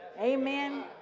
Amen